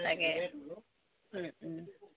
লাগে